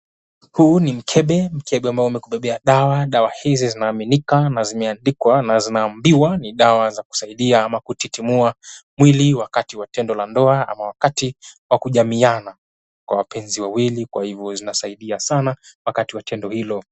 Huu ni mkembe, mkembe wa kubebea dawa hizi zinaaminika na zimeandikwa na zimeambiwa ni dawa za kusaidia ama kutitimua mwili wakati wa tendo la ndoa ama wakati wa kujamiiana kwa wapenzi wawili, kwa hivyo zinasaidia sana wakati wa tendo hilo.